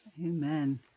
Amen